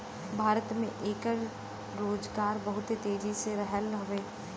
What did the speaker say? भारत में एकर रोजगार बहुत तेजी हो रहल हउवे